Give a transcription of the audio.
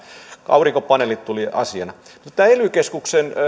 aurinkopaneelit tulivat asiana tätä ely keskuksen